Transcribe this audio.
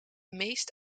meeste